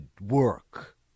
work